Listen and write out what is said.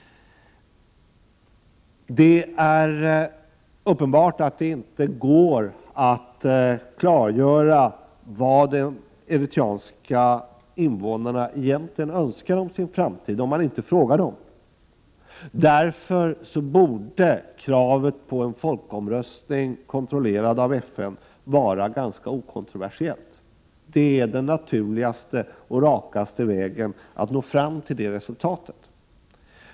Det är uppenbart att det inte går att klargöra vad de eritreanska invånarna egentligen önskar för sin framtid om man inte frågar dem. Därför borde kravet på en folkomröstning kontrollerad av FN vara ganska okontroversiellt. Det är den naturligaste och rakaste vägen att nå fram till det resultatet.